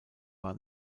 war